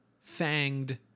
fanged